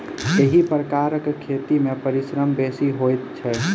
एहि प्रकारक खेती मे परिश्रम बेसी होइत छै